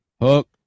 Hook